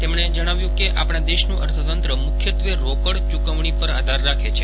તેમણે જજ્ઞાવ્યું કે આપજ્ઞા દેશનું અર્થતંત્ર મુખ્યત્વે રોકડ ચૂકવણી પર આધાર રાખે છે